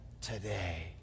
today